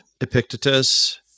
Epictetus